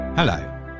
Hello